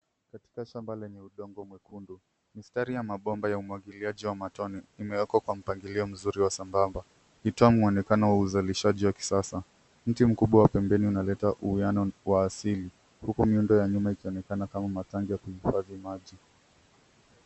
Katika shamba lenye udongo mwekundu, mistari ya mabomba ya uwagiliaji wa matone imewekwa kwa mpangilio mzuri wa sambamba. mwonekano uzalishaji wa kisasa . Mti mkubwa wa pembeni unaleta uwiano wa asili huku miundo ya nyuma ikionekana kama matanki ya kuhifadhi maji.